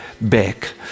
back